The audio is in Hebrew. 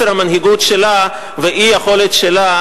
על חוסר המנהיגות שלה ואי-היכולת שלה